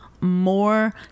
more